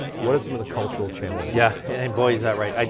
what are some of the cultural challenges? yeah and and boy is that right.